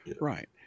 Right